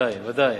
בוודאי, ודאי.